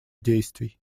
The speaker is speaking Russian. действий